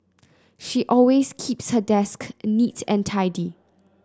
she always keeps her desk neat and tidy